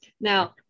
Now